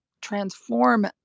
transform